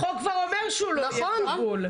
החוק כבר אומר שהוא לא יהיה כבול.